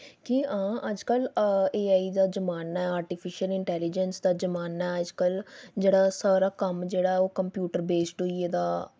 कि हां अजकल्ल ए आई दा जमाना ऐ इंटैलीजैंस दा जमाना ऐ अजकल्ल जेह्ड़ा सारा कम्म ऐ जेह्ड़ा सारा कंप्यूटर बेस होई गेदा